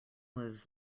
was